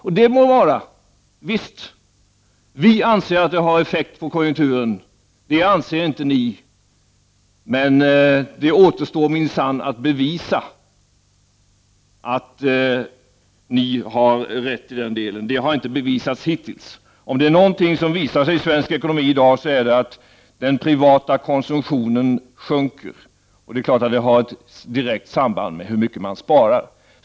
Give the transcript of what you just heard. Och det må vara — vi anser att det har effekt på konjunkturen, det anser inte ni. Men det återstår minsann att bevisa att ni har rätt i den delen; det har inte bevisats hittills. Om det är någonting som visar sig i svensk ekonomi i dag, så är det att den privata konsumtionen sjunker. Och det är klart att det har ett direkt samband med hur mycket man sparar.